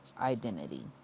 identity